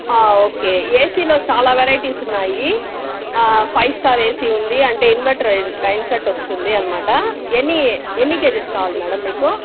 okay ఏసీలో చాలా varieties ఉన్నాయి ఫైవ్ స్టార్ ఏసీ ఉంది అంటే ఇన్వెటర్ టైం సెట్ వస్తుంది అన్నమాట ఎని ఎన్ని కేజెస్ కావాల మేడం మీకు